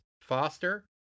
Foster